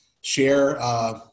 Share